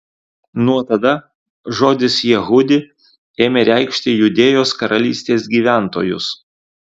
nuo tada žodis jehudi ėmė reikšti judėjos karalystės gyventojus